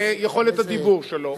זה יכולת הדיבור שלו.